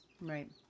Right